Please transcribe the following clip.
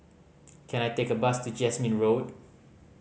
can I take a bus to Jasmine Road